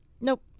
Nope